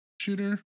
shooter